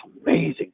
amazing